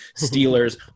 Steelers